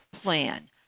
plan